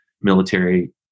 military